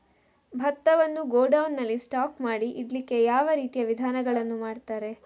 ಭತ್ತವನ್ನು ಗೋಡೌನ್ ನಲ್ಲಿ ಸ್ಟಾಕ್ ಮಾಡಿ ಇಡ್ಲಿಕ್ಕೆ ಯಾವ ರೀತಿಯ ವಿಧಾನಗಳನ್ನು ಮಾಡ್ತಾರೆ?